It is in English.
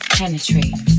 penetrate